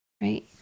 right